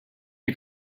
you